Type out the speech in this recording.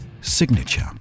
Signature